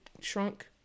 shrunk